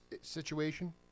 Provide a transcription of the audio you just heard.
situation